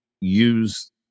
use